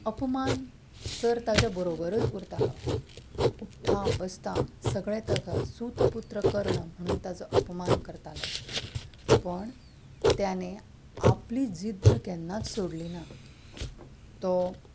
अपमान तर ताच्या बरोबरच उरतालो उट्टां बसता सगळे ताका सुतपुत्र कर्ण म्हणून ताजो अपमान करताले पूण ताणें आपली जिद्द केन्नाच सोडली ना तो